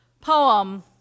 poem